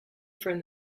from